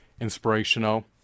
inspirational